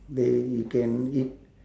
they can eat